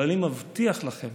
אבל אני מבטיח לכם,